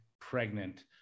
pregnant